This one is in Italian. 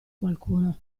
qualcuno